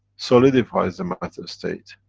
solidifies the matter-state.